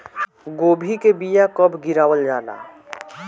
गोभी के बीया कब गिरावल जाला?